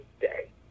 day